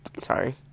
Sorry